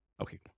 Okay